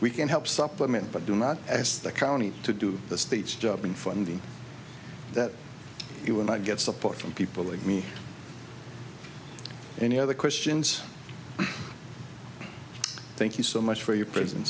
we can help supplement but do not as the county to do the state's job in funding that it will not get support from people like me any other questions thank you so much for your presence